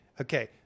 okay